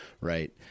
right